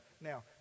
Now